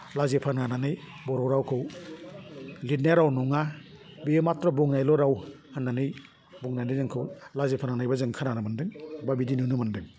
लाजि फोनांनानै बर' रावखौ लिरनाय राव नङा बियो माथ्र बुंनायल' राव होन्नानै बुंनानै जोंखौ लाजि फोनांनायबो जों खोनानो मोन्दों बा बिदि नुनो मोन्दों